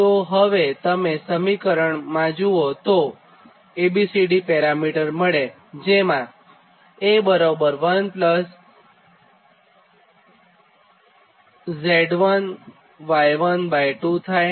તો હવેતમે સમીકરણ માં જોતાં A B C D parameter મળેજેમાં A1 1Z1Y12 થાય